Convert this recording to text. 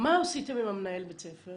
מה עשיתם עם מנהל בית הספר?